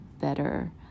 better